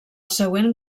següent